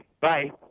bye